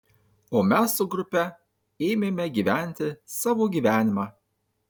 o mes su grupe ėmėme gyventi savo gyvenimą